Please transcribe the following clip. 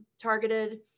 targeted